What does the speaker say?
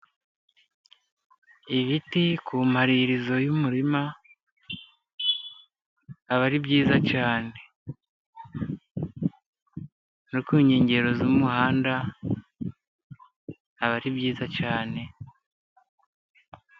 Ibiti ku murizo w'umurima aba ari byiza cyane, no ku nkengero z'umuhanda aba ari byiza cyane.